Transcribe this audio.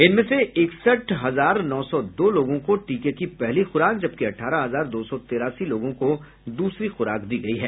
इनमें से इकयठ हजार नौ सौ दो लोगों को टीके की पहली खुराक जबकि अठारह हजार दो सौ तेरासी लोगों को दूसरी खुराक दी गयी है